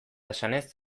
esanez